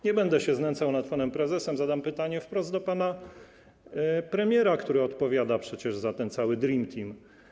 Nie będę się znęcał nad panem prezesem, zadam pytanie wprost panu premierowi, który odpowiada przecież za ten cały dream team.